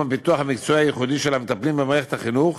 הפיתוח המקצועי הייחודי של המטפלים במערכת החינוך